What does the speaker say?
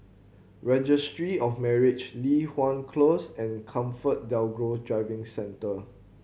Registry of Marriage Li Hwan Close and ComfortDelGro Driving Centre